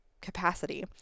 capacity